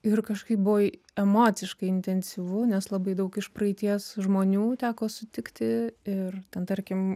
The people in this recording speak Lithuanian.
ir kažkaip buvo emociškai intensyvu nes labai daug iš praeities žmonių teko sutikti ir ten tarkim